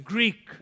Greek